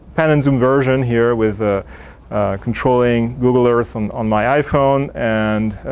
pattern zoom version here with controlling google earth on on my iphone and